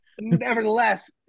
Nevertheless